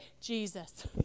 Jesus